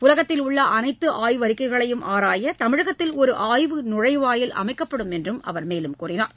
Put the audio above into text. உலகத்தில் உள்ள அனைத்து ஆய்வறிக்கைகளையும் ஆராய தமிழகத்தில் ஒரு ஆய்வு நுழைவாயில் அமைக்கப்படும் என்றார்